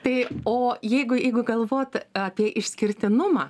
tai o jeigu jeigu galvot apie išskirtinumą